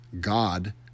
God